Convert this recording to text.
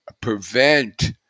prevent